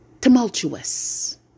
Tumultuous